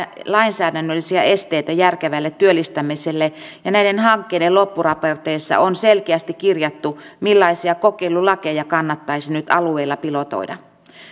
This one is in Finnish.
lainsäädännöllisiä esteitä järkevälle työllistämiselle ja näiden hankkeiden loppuraporteissa on selkeästi kirjattu millaisia kokeilulakeja kannattaisi nyt alueilla pilotoida